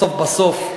בסוף בסוף,